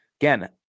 Again